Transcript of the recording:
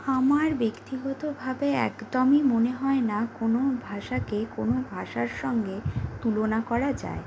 আমার ব্যক্তিগতভাবে একদমই মনে হয় না কোনো ভাষাকে কোনো ভাষার সঙ্গে তুলনা করা যায়